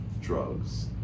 drugs